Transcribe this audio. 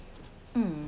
um